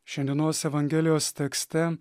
šiandienos evangelijos tekste